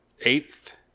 eighth